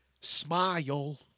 smile